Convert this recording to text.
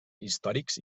històrics